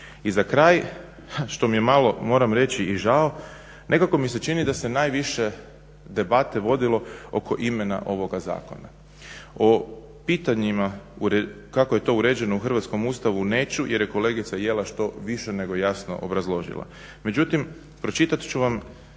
I za kraj, što mi je malo moram reći i žao, nekako mi se čini da se najviše debate vodilo oko imena ovoga zakona. O pitanjima kako je to uređeno u Hrvatskom ustavu neću jer je kolegica Jelaš to više nego jasno obrazložila. Međutim, pročitat ću vam